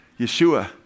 Yeshua